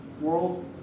world